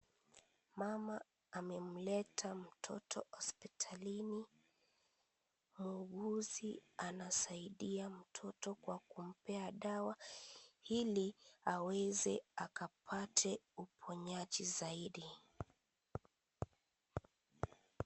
Mama amemleta mtoto hospitalini, muuguzi anasaidia mtoto kwa kumpea dawa ili aweze akapate uponyaji zaidi.